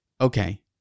Okay